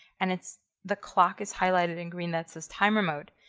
and it's the clock is highlighted in green that says timer mode.